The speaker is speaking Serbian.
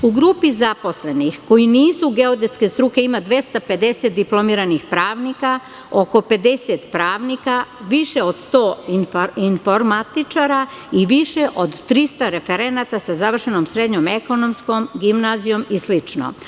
U grupi zaposlenih, koji nisu geodetske struke, ima 250 diplomiranih pravnika, oko 50 pravnika, više od 100 informatičara i više od 300 referenata sa završenom srednjom ekonomskom, gimnazijom i slično.